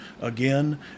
again